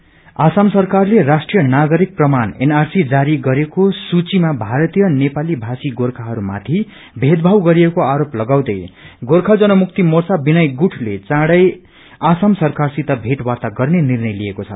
NRC Assam सरकारले राष्ट्रिय नागरिक प्रमाण एनआरसी जारी गरिएको सूचीमा भारतीय नेपाल भाषी गोर्खाहरू माथि भेदभाव गरिएका आरोप लागाउँदै गोख्य जनमुक्ति मोच्य विनय गुटले चाँडै असम सरकासित भेटवार्ता गन्ने निर्णय लिएको छ